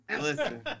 Listen